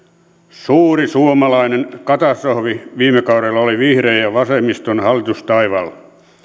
suuri suomalainen katastrofi viime kaudella oli vihreiden ja vasemmiston hallitustaival